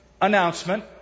announcement